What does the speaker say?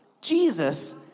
Jesus